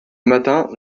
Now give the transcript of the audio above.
matin